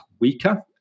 weaker